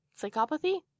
psychopathy